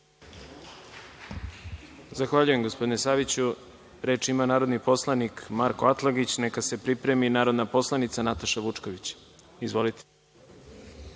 Zahvaljujem, gospodine Saviću. Reč ima narodni poslanik Marko Atlagić, a neka se pripremi narodna poslanica Nataša Vučković. **Marko